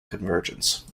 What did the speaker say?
convergence